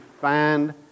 find